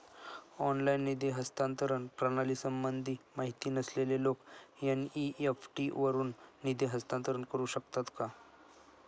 Online निधी हस्तांतरण प्रणालीसंबंधी माहिती नसलेले लोक एन.इ.एफ.टी वरून निधी हस्तांतरण करू शकतात का?